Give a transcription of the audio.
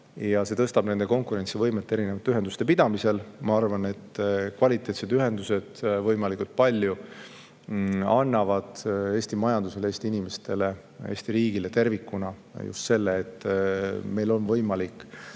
ja see tõstab nende konkurentsivõimet erinevate ühenduste pidamisel. Ma arvan, et kvaliteetsed ühendused, mida on võimalikult palju, annavad Eesti majandusele, Eesti inimestele ja Eesti riigile tervikuna just selle, et meil on võimalik